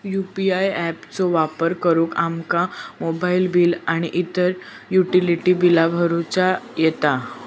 UPI app चो वापर करुन आमका मोबाईल बिल आणि इतर युटिलिटी बिला भरुचा येता